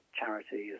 charity